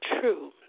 true